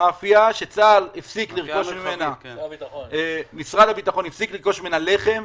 זו מאפייה שמשרד הביטחון הפסיק לרכוש ממנה לחם.